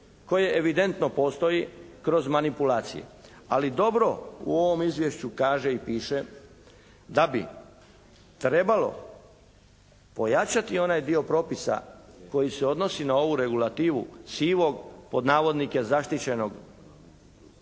koje evidentno postoji kroz manipulacije. Ali dobro u ovom Izvješću kaže i piše da bi trebalo pojačati onaj dio propisa koji se odnosi na ovu regulativu sivog, pod navodnike "zaštićenog"